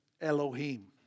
Elohim